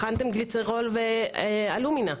בחנתם גליצרול ואלומינה.